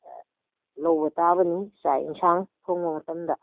ꯂꯧꯕ ꯇꯥꯕꯅꯤ ꯆꯥꯛ ꯏꯟꯁꯥꯡ ꯊꯣꯡꯕ ꯃꯇꯝꯗ